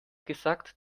gesagt